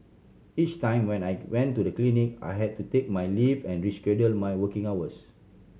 each time when I went to the clinic I had to take my leave and rescheduled my working hours